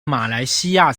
马来西亚